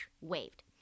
Waved